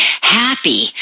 happy